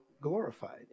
glorified